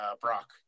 Brock